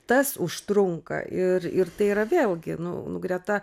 tas užtrunka ir ir tai yra vėlgi nu nu greta